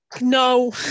no